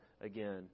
again